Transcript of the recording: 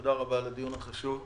תודה רבה על הדיון החשוב.